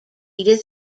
edith